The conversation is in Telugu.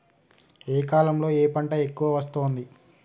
ఏ కాలంలో ఏ పంట ఎక్కువ వస్తోంది?